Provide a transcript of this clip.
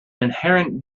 inherent